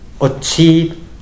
achieve